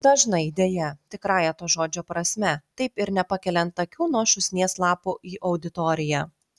dažnai deja tikrąja to žodžio prasme taip ir nepakeliant akių nuo šūsnies lapų į auditoriją